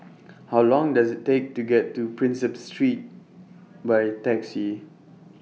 How Long Does IT Take to get to Prinsep Street By Taxi